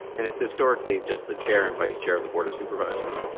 and it's historically just the chair and vice chair of the board of supervisors.